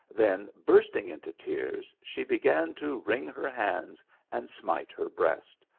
then bursting into tears she began to wring her hands and smite her breast,